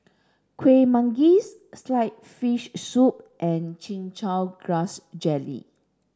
Kueh Manggis sliced fish soup and chin chow grass jelly